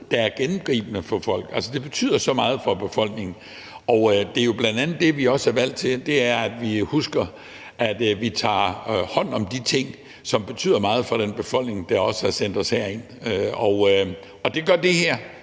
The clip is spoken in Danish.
er noget gennemgribende for folk, altså at det betyder så meget for befolkningen. Det er jo bl.a. det, vi også er valgt til, nemlig at huske at tage hånd om de ting, som betyder meget for den befolkning, der har sendt os herind. Og det gør det her;